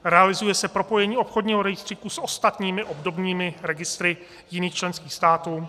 Realizuje se propojení obchodního rejstříku s ostatními obdobnými registry jiných členských států.